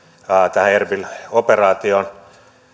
tähän erbil operaatioon